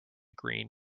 green